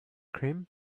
cream